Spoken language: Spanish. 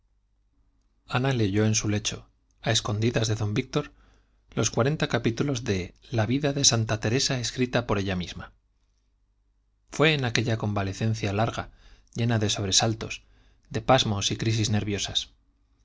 ana leyó en su lecho a escondidas de don víctor los cuarenta capítulos de la vida de santa teresa escrita por ella misma fue en aquella convalecencia larga llena de sobresaltos de pasmos y crisis nerviosas